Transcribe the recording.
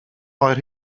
oer